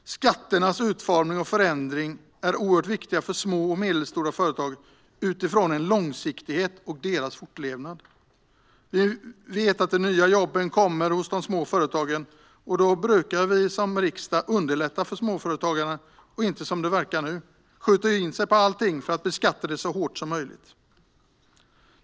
Skatternas utformning och förändring är oerhört viktiga för små och medelstora företag utifrån långsiktighet och deras fortlevnad. Vi vet att de nya jobben kommer hos småföretagen, och då bör vi som riksdag underlätta för småföretagarna och inte, som det nu verkar, skjuta in oss på allt för att beskatta det så hårt som möjligt.